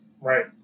Right